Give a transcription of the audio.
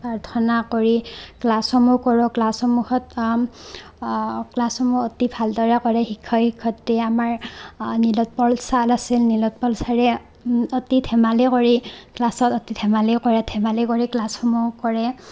প্ৰাৰ্থনা কৰি ক্লাছসমূহ কৰোঁ ক্লাছসমূহত ক্লাছসমূহ অতি ভালদৰে কৰে শিক্ষক শিক্ষয়িত্ৰীয়ে আমাৰ নিলোৎপল ছাৰ আছিল নিলোৎপল ছাৰে অতি ধেমালি কৰি ক্লাছত অতি ধেমালি কৰে ধেমালি কৰি ক্লাছসমূহ কৰে